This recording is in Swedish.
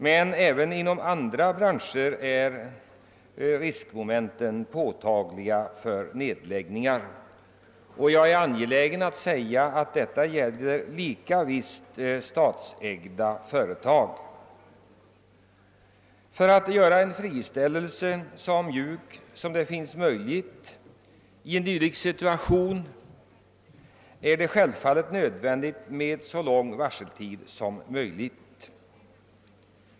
Men även inom andra branscher är riskmomenten påtagliga när det gäller nedläggningar. Jag är angelägen säga att detta gäller lika mycket statsägda företag. För att i en dylik situation göra friställelsen och övergången till annan verksamhet så mjuk som möjligt är det självfallet nödvändigt med längsta möjliga varseltid.